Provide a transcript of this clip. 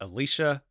Alicia